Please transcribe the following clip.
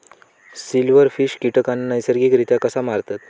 Silverfish कीटकांना नैसर्गिकरित्या कसा मारतत?